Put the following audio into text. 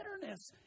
bitterness